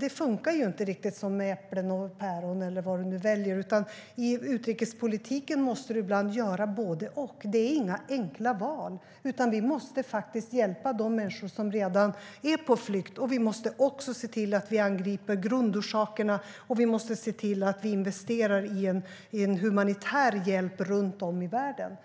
Det funkar inte som med äpplen och päron eller vad du nu väljer, utan i utrikespolitiken måste du ibland göra både och. Det är inga enkla val. Vi måste hjälpa de människor som redan är på flykt, vi måste angripa grundorsakerna, och vi måste även se till att investera i en humanitär hjälp runt om i världen.